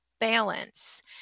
Balance